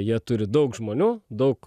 jie turi daug žmonių daug